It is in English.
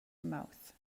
mouth